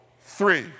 three